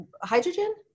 hydrogen